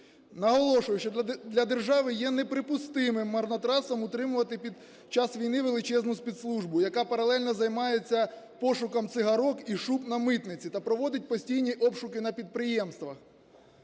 Наголошую, що для держави є неприпустимим марнотратством утримувати під час війни величезну спецслужбу, яка паралельно займається пошуком цигарок і шуб на митниці та проводить постійні обшуки на підприємствах.